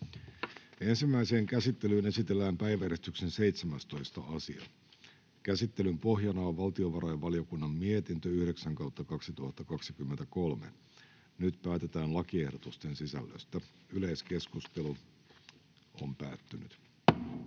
Ensimmäiseen käsittelyyn esitellään päiväjärjestyksen 15. asia. Käsittelyn pohjana on valtiovarainvaliokunnan mietintö VaVM 10/2023 vp. Nyt päätetään lakiehdotuksen sisällöstä. — Yleiskeskustelu, edustaja